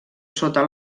sota